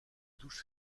douche